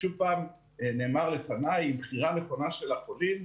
שוב פעם, נאמר לפניי, עם בחירה נכונה של החולים.